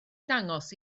dangos